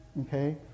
okay